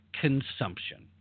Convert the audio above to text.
consumption